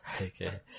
Okay